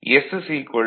s 1 nns